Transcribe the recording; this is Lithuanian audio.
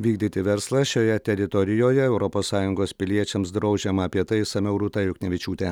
vykdyti verslą šioje teritorijoje europos sąjungos piliečiams draudžiama apie tai išsamiau rūta juknevičiūtė